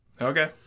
Okay